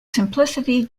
simplicity